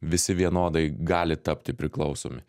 visi vienodai gali tapti priklausomi